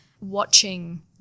watching